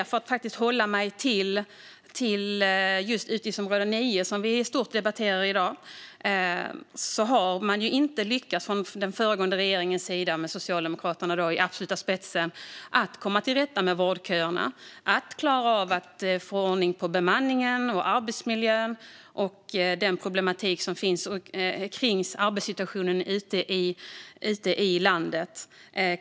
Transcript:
För att faktiskt hålla mig till utgiftsområde 9, som vi i stort debatterar i dag, kan jag säga att man från den föregående regeringens sida med Socialdemokraterna i absoluta spetsen inte har lyckats komma till rätta med vårdköerna eller få ordning på bemanningen och arbetsmiljön och den problematik som finns kring arbetssituationen ute i landet.